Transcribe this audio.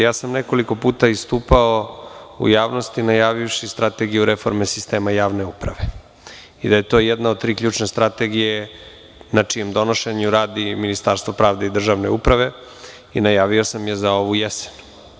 Ja sam nekoliko puta istupao u javnosti, najavivši strategiju reforme sistema javne uprave i rekao da je to jedna od tri ključne strategije na čijem donošenju radi Ministarstvo pravde i državne uprave i najavio sam je za ovu jesen.